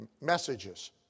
Messages